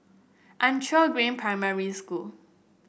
Anchor Green Primary School